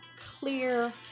Clear